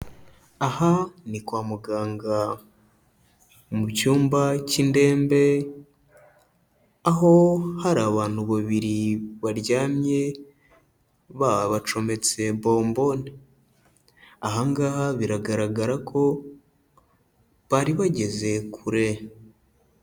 Aha ni kwa muganga mu cyumba cy'indembe, aho hari abantu babiri baryamye babacometse bomboni, aha ngaha biragaragara ko bari bageze kure.